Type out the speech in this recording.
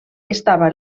estava